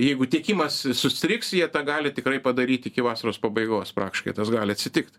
jeigu tiekimas sustrigs jie tą gali tikrai padaryti iki vasaros pabaigos praktiškai tas gali atsitikti